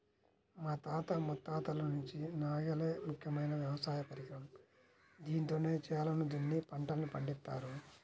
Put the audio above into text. మా తాత ముత్తాతల నుంచి నాగలే ముఖ్యమైన వ్యవసాయ పరికరం, దీంతోనే చేలను దున్ని పంటల్ని పండిత్తారు